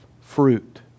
fruit